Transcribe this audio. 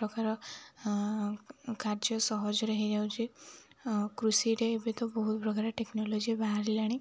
ପ୍ରକାର କାର୍ଯ୍ୟ ସହଜରେ ହେଇଯାଉଛି କୃଷିରେ ଏବେ ତ ବହୁତ ପ୍ରକାର ଟେକ୍ନୋଲୋଜି ବାହାରିଲାଣି